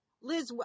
Liz